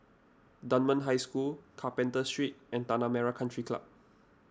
Dunman High School Carpenter Street and Tanah Merah Country Club